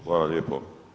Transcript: Hvala lijepo.